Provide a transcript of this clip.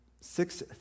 six